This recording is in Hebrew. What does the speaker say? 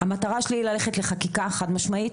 המטרה שלי היא ללכת לחקיקה חד משמעית.